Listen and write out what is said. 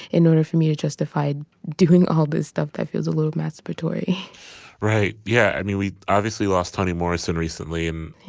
in order for me to justify doing all this stuff that feels a little masturbatory right yeah. i mean we obviously lost toni morrison recently. um